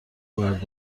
باید